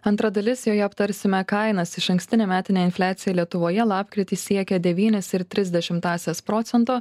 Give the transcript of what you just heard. antra dalis joje aptarsime kainas išankstinė metinė infliacija lietuvoje lapkritį siekė devynis ir tris dešimtąsias procento